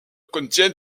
contient